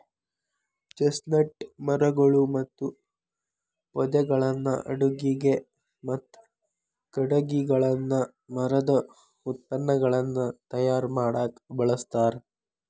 chestnut ಮರಗಳು ಮತ್ತು ಪೊದೆಗಳನ್ನ ಅಡುಗಿಗೆ, ಮತ್ತ ಕಟಗಿಗಳನ್ನ ಮರದ ಉತ್ಪನ್ನಗಳನ್ನ ತಯಾರ್ ಮಾಡಾಕ ಬಳಸ್ತಾರ